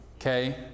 okay